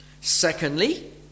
Secondly